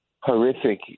horrific